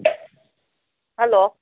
hello